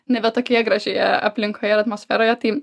nebe tokioje gražioje aplinkoje ir atmosferoje tai